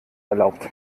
erlaubt